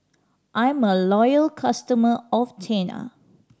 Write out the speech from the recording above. I'm a loyal customer of Tena